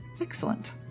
Excellent